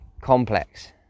complex